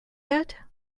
yet